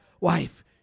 wife